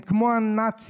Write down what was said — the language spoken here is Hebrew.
הם כמו הנאצים,